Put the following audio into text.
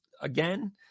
again